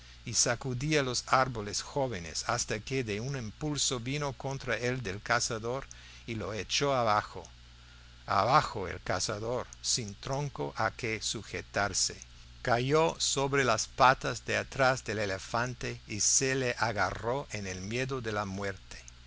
y sacudía los árboles jóvenes hasta que de un impulso vino contra el del cazador y lo echó abajo abajo el cazador sin tronco a que sujetarse cayó sobre las patas de atrás del elefante y se le agarró en el miedo de la muerte